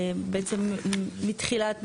בעצם מתחילת,